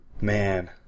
Man